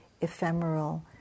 ephemeral